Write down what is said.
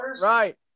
Right